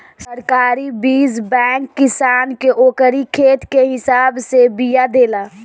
सरकारी बीज बैंक किसान के ओकरी खेत के हिसाब से बिया देला